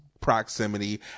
proximity